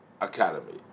academy